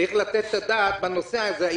צריך לתת את הדעת לנושא הזה,